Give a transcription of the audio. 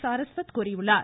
சாரஸ்வத் கூறியுள்ளார்